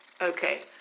okay